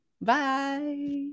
Bye